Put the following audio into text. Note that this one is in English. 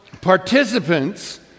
participants